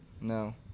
No